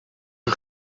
een